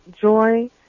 joy